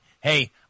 Hey